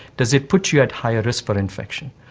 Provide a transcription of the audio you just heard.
does it put you at higher risk for infection?